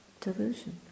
delusion